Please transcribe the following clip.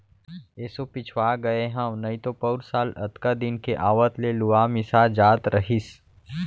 एसो पिछवा गए हँव नइतो पउर साल अतका दिन के आवत ले लुवा मिसा जात रहिस